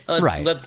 Right